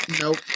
Nope